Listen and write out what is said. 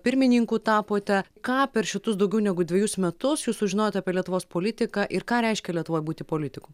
pirmininku tapote ką per šituos daugiau negu dvejus metus jūs sužinojot apie lietuvos politiką ir ką reiškia lietuvoj būti politiku